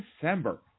December